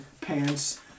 pants